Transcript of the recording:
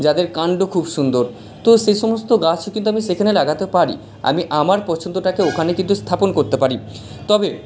যাদের কান্ড খুব সুন্দর তো সেই সমস্ত গাছ কিন্তু আমি সেখানে লাগাতে পারি আমি আমার পছন্দটাকে ওখানে কিন্তু স্থাপন করতে পারি তবে